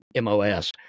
MOS